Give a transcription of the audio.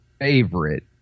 favorite